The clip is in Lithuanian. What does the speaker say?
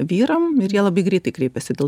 vyrams ir jie labai greitai kreipiasi dėl